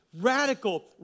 Radical